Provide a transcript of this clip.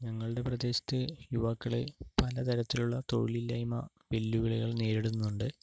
ഞങ്ങളുടെ പ്രദേശത്തെ യുവാക്കളെ പലതരത്തിലുള്ള തൊഴിലില്ലായ്മ വെല്ലുവിളികൾ നേരിടുന്നുണ്ട്